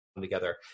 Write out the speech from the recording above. together